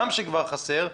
גם כשכבר חסר,